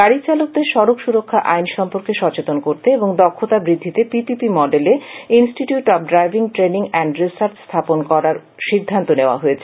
গাডি চালকদের সডক সুরক্ষা আইন সম্পর্কে সচেতন করতে এবং দক্ষতা বৃদ্ধিতে পিপিপি মডেলে institute of driving training and research স্থাপন করার সিদ্ধান্ত নেওয়া হয়েছে